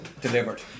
delivered